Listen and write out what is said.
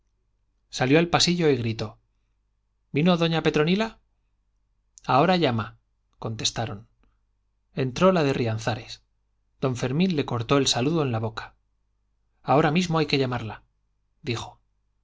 salió al pasillo y gritó vino doña petronila ahora llama contestaron entró la de rianzares don fermín le cortó el saludo en la boca ahora mismo hay que